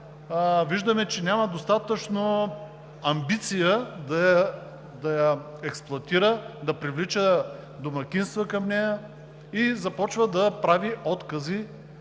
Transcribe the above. виждаме, че няма достатъчно амбиция да експлоатира, да привлича домакинства към нея и започва да прави откази,